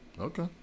okay